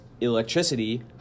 electricity